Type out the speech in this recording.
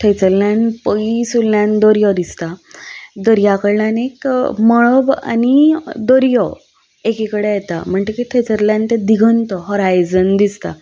थंयसरल्यान पयसुल्ल्यान दर्या दिसता दर्या कडल्यान एक मळब आनी दर्या एके कडेन येता म्हणटकच थंयसरल्यान तें दिगंत हॉरायजन दिसता